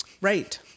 Right